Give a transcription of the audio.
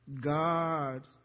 God